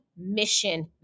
mission